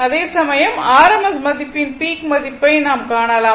அதேசமயம் rms மதிப்பின் peak மதிப்பை நாம் காணலாம்